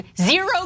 zero